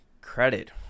credit